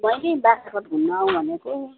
बहिनी बाग्राकोट घुम्न आउँ भनेको